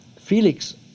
Felix